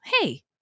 hey